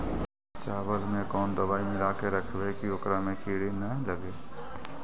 चावल में कोन दबाइ मिला के रखबै कि ओकरा में किड़ी ल लगे?